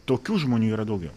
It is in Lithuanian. tokių žmonių yra daugiau